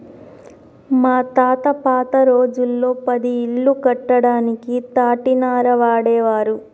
మా తాత పాత రోజుల్లో పది ఇల్లు కట్టడానికి తాటినార వాడేవారు